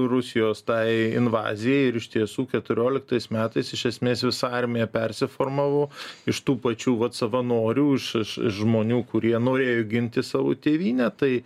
rusijos tai invazijai ir iš tiesų keturioliktais metais iš esmės visa armija persiformavo iš tų pačių vat savanorių iš iš iš žmonių kurie nuėjo ginti savo tėvynę tai